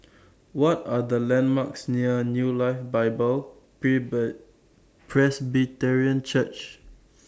What Are The landmarks near New Life Bible Presbyterian Church